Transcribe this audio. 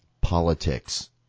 politics